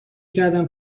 کردم